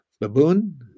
Baboon